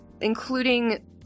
including